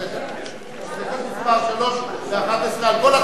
הבנתי, מאה אחוז.